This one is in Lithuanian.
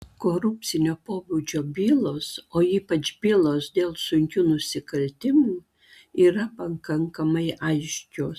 korupcinio pobūdžio bylos o ypač bylos dėl sunkių nusikaltimų yra pakankamai aiškios